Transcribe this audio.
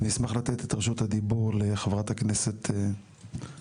נשמח לתת את רשות הדיבור לחברת הכנסת יסמין.